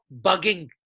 bugging